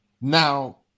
Now